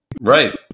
Right